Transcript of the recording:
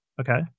Okay